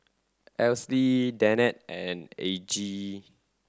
Alcie Li Danette and Argie